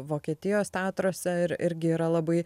vokietijos teatruose ir irgi yra labai